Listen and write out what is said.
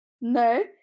no